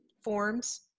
forms